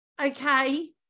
okay